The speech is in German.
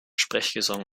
sprechgesang